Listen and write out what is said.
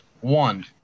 one